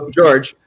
George